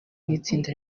n’itsinda